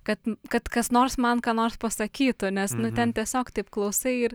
kad n kad kas nors man ką nors pasakytų nes nu ten tiesiog taip klausai ir